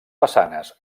façanes